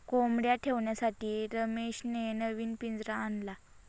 कोंबडया ठेवण्यासाठी रमेशने नवीन पिंजरा आणला